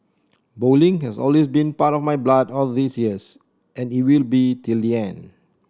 bowling has always been part of my blood all these years and it will be till the end